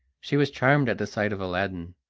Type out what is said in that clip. she was charmed at the sight of aladdin,